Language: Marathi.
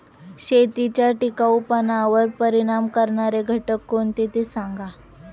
शेतीच्या टिकाऊपणावर परिणाम करणारे घटक कोणते ते सांगा